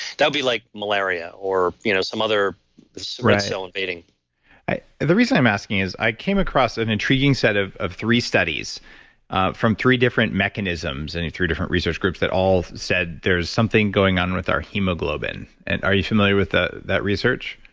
that'd be like malaria or you know some other so invading the reason i'm asking is, i came across an intriguing set of of three studies from three different mechanisms and in three different research groups that all said there is something going on with our hemoglobin. and are you familiar with ah that research?